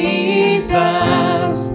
Jesus